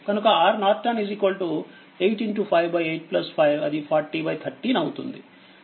కనుక RN8585 అది4013Ω